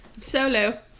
Solo